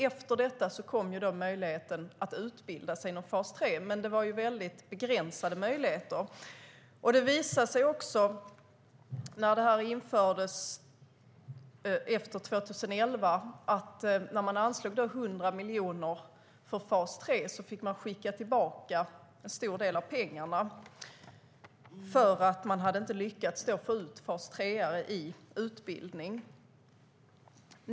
Efter detta kom möjligheten att utbilda sig inom fas 3, men det var mycket begränsade möjligheter. När detta infördes efter 2011 visade det sig att av de 100 miljoner kronor som hade anslagits för fas 3 fick man skicka tillbaka en stor del eftersom man inte hade lyckats få ut fas 3:are i utbildning.